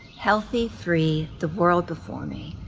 healthy, free, the world before me,